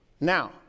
Now